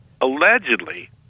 allegedly